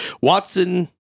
Watson